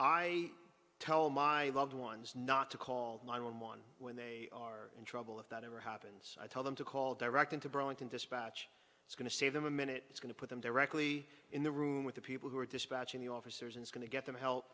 i tell my loved ones not to call nine one one when they are in trouble if that ever happens i tell them to call direct into burlington dispatch it's going to save them a minute it's going to put them directly in the room with the people who are dispatching the officers and going to get them help